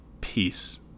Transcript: peace